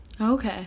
okay